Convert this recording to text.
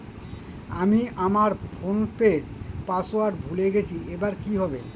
আমি আমার ফোনপের পাসওয়ার্ড ভুলে গেছি এবার কি হবে?